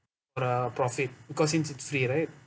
are profit because since it's free right